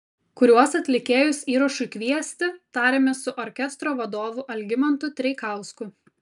kuriuos atlikėjus įrašui kviesti tarėmės su orkestro vadovu algimantu treikausku